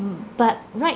mm but right